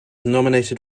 nominated